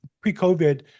pre-covid